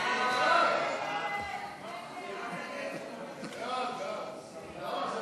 ההצעה